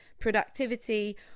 productivity